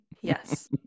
Yes